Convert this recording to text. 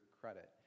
credit